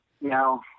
No